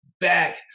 back